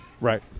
Right